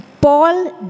Paul